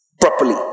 properly